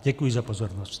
Děkuji za pozornost.